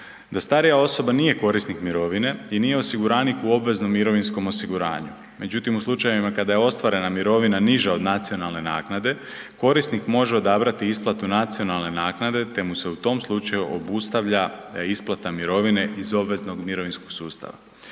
da starija osoba nije korisnik mirovine i nije osiguranik u obveznom mirovinskom osiguranju. Međutim, u slučajevima kada je ostvarena mirovina niže od nacionalne naknade, korisnik može odabrati isplatu nacionalne naknade te mu se u tom slučaju obustavlja isplate mirovine iz obveznog mirovinskog sustava.